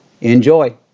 Enjoy